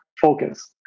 focus